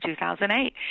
2008